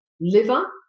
liver